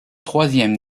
troisième